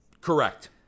correct